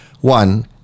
One